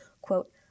quote